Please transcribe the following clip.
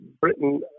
Britain